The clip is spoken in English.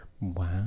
wow